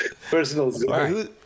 Personal